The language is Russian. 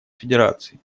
федерации